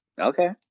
Okay